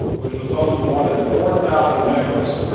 which was home to more than four thousand members,